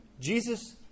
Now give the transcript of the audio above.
Jesus